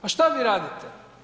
Pa što vi radite?